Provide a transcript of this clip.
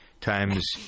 times